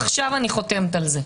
עכשיו אני חותמת על זה.